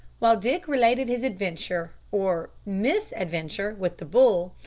while dick related his adventure, or mis-adventure with the bull,